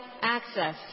access